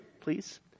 please